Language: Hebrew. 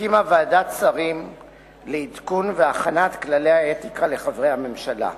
הקימה ועדת שרים לעדכון והכנת כללי האתיקה לחברי הממשלה.